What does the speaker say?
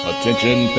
Attention